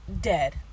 dead